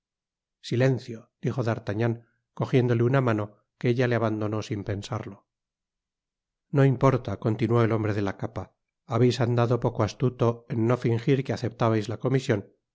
silencio dijo d'artagnan cogiéndole una mano que ella le abandoné sin pensarlo no importa continuó el hombre de la capa habeis andado poco astuto en no fingir que aceptabais la comision